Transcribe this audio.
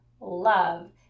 love